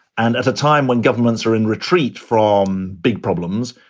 and at a time when governments are in retreat from big problems,